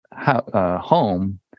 home